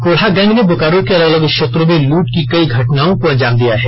Korha gang ने बोकारो के अलग अलग क्षेत्रों में लूट की कई घटनाओं को अंजाम दिया है